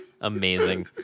Amazing